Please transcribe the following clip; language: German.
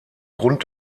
grund